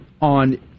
on